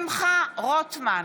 שמחה רוטמן,